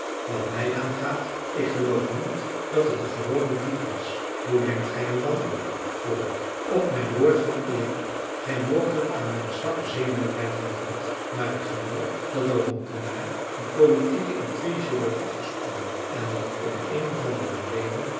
wat mij aangaat ik geloof niet dat het een gewone dief was hoe denkt gij er dan over vroeg ik op mijn woord van eer gij moogt het aan mijn zwakke zenuwen wijten of niet maar ik geloof dat er rondom mij een politieke intrige wordt afgesponnen en dat om een of andere reden